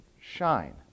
shine